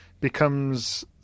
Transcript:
becomes